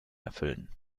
erfüllen